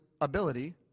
ability